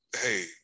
hey